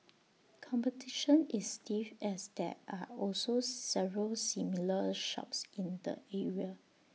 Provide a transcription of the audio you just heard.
competition is stiff as there are also several similar shops in the area